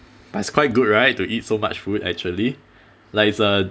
that's quite good right to eat so much food actually like it's a